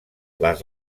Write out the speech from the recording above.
les